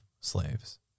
slaves